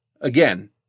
Again